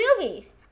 movies